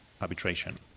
arbitration